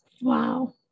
Wow